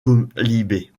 quolibets